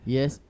Yes